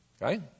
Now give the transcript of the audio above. right